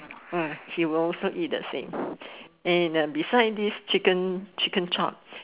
he will also eat the same and beside this chicken chicken chop